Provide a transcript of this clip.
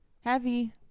heavy